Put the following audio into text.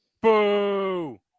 Boo